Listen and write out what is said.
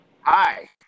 hi